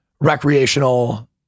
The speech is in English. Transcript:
recreational